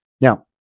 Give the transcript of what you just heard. Now